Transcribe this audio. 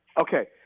Okay